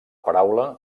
paraula